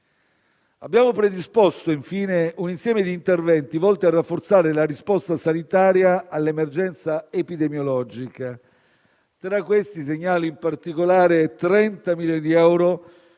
Abbiamo predisposto infine un insieme di interventi volti a rafforzare la risposta sanitaria all'emergenza epidemiologica. Tra questi segnalo in particolare 30 milioni di euro